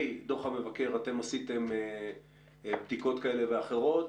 דוח המבקר אתם עשיתם בדיקות כאלה ואחרות.